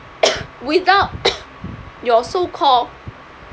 without your so call